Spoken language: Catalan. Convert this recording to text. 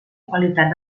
qualitat